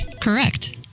Correct